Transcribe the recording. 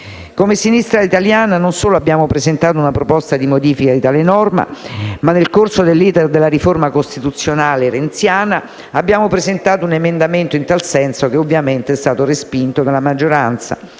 Come Sinistra italiana non solo abbiamo presentato una proposta di modifica di tale norma, ma nel corso dell'*iter* della riforma costituzionale renziana, abbiamo presentato un emendamento in tal senso che è stato ovviamente respinto dalla maggioranza;